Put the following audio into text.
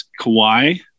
Kawhi